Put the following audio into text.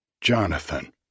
Jonathan